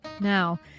Now